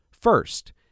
First